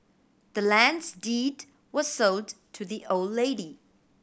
the land's deed was sold to the old lady